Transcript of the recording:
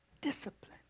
discipline